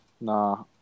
Nah